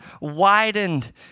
widened